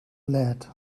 lead